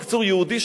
יהודי,